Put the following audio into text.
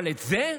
אבל את זה?